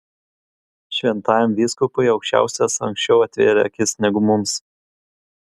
šventajam vyskupui aukščiausias anksčiau atvėrė akis negu mums